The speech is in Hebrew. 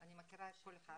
17. הבנתי את הקו שלך,